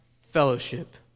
fellowship